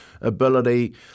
ability